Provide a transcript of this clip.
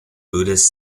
buddhist